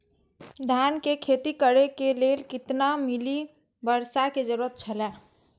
धान के खेती करे के लेल कितना मिली वर्षा के जरूरत छला?